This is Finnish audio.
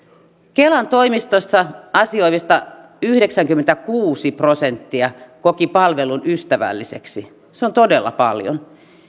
kelan toimistossa asioivista yhdeksänkymmentäkuusi prosenttia koki palvelun ystävälliseksi se on todella paljon